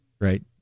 right